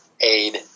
aid